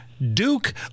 duke